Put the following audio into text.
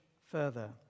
further